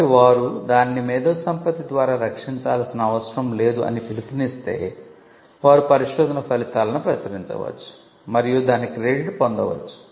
కాబట్టి వారు దానిని మేధోసంపత్తి ద్వారా రక్షించాల్సిన అవసరం లేదు అని పిలుపునిస్తే వారు పరిశోధన ఫలితాలను ప్రచురించవచ్చు మరియు దాని క్రెడిట్ పొందవచ్చు